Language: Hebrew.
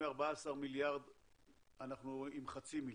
מ-14 מיליארד אנחנו עם חצי מיליארד,